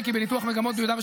לאט-לאט,